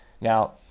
Now